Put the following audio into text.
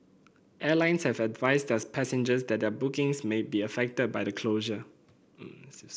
airlines have advised their passengers that their bookings may be affected by the closure